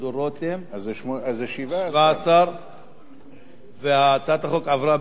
אז זה 17. 17. החוק עבר בקריאה שלישית,